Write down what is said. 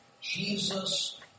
Jesus